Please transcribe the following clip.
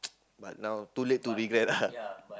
but now too late to regret lah